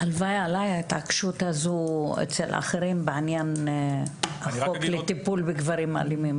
הלוואי עלי ההתעקשות הזו אצל אחרים בעניין הטיפול בגברים אלימים.